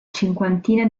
cinquantina